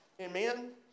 Amen